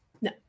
No